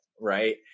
right